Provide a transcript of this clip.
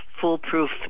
foolproof